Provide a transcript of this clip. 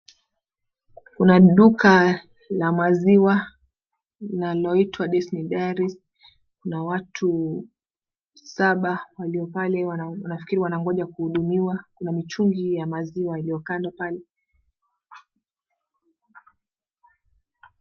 Kuna duka la maziwa linaloitwa Destiny Dairy kuna watu saba walio pale wanangoja kuhudumiwa na mitungi ya maziwa iliyo kando pale.